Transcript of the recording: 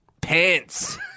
pants